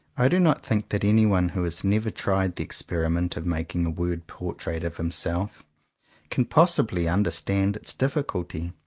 i do not think that anyone who has never tried the experiment of making a word portrait of himself can possibly under stand its difficulty.